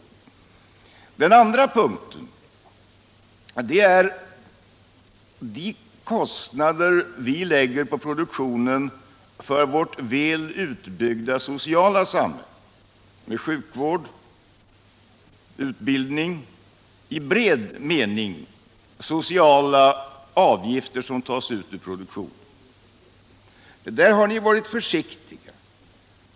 För det andra är det de kostnader vi lägger på produktionen för vårt väl utbyggda sociala samhälle med sjukvård och utbildning — i bred mening sociala avgifter som tas ut ur produktionen. Där har ni varit försiktiga.